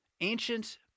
ancient